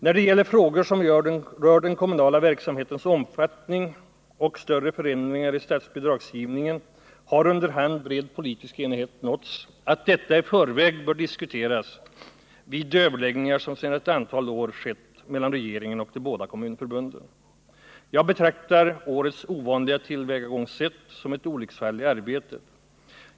När det gäller frågor som rör den kommunala verksamhetens omfattning och större förändringar i statsbidragsgivningen har under hand bred politisk enighet nåtts om att detta i förväg bör diskuteras vid de överläggningar som sedan ett antal år skett mellan regeringen och de båda kommunförbunden. Jag betraktar årets ovanliga tillvägagångssätt som ett olycksfall i arbetet.